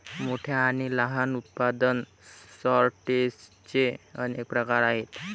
मोठ्या आणि लहान उत्पादन सॉर्टर्सचे अनेक प्रकार आहेत